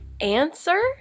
Answer